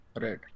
Right